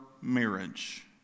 marriage